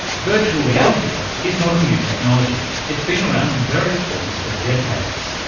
virtual reality is not a new technology, it's been around in various forms for decades,